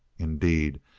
indeed,